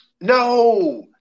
No